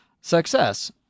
Success